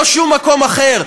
לא שום מקום אחר.